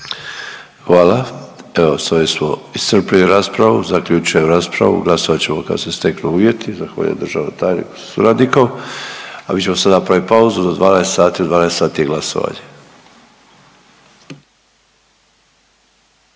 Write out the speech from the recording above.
Hvala. Evo sa ovim smo iscrpili raspravu. Zaključujem raspravu. Glasovat ćemo kad se steknu uvjeti. Zahvaljujem državnom tajniku sa suradnikom, a mi ćemo sad napraviti pauzu do 12h. U 12h je glasovanje.